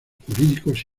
jurídicos